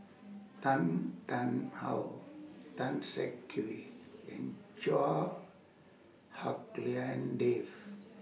Tan Tarn How Tan Siak Kew and Chua Hak Lien Dave